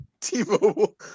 T-Mobile